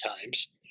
times